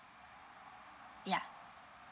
yeah